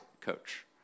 coach